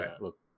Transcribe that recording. look